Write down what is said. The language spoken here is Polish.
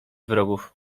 wrogów